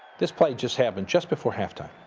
this play just happened just before halftime.